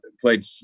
played